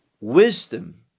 Wisdom